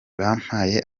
bampaye